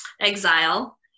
exile